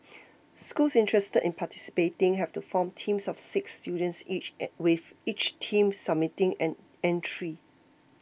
schools interested in participating have to form teams of six students each with each team submitting an entry